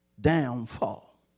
downfall